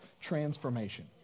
transformation